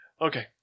Okay